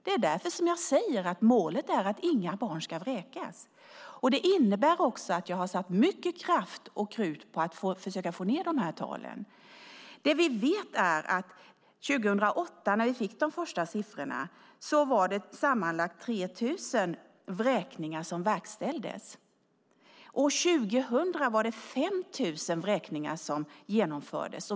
Det är därför jag säger att målet är att inga barn ska vräkas. Det innebär också att jag har avsatt mycket kraft och tid åt att försöka få ned dessa tal. Det vi vet är att när vi fick de första siffrorna 2008 var det sammanlagt 3 000 vräkningar som verkställdes. År 2000 var det 5 000 vräkningar som genomfördes.